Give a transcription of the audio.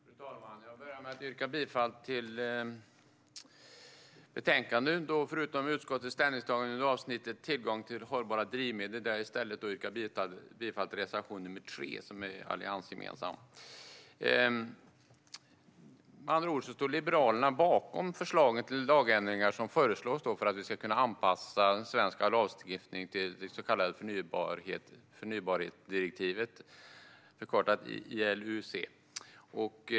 Fru talman! Jag börjar med att yrka bifall till utskottets förslag i betänkandet förutom när det gäller utskottets ställningstagande under avsnittet Tillgång till hållbara drivmedel, där jag i stället yrkar bifall till reservation 3, som är alliansgemensam. Liberalerna står med andra ord bakom förslagen till de lagändringar som föreslås för att vi ska kunna anpassa den svenska lagstiftningen till det så kallade förnybartdirektivet, förkortat ILUC.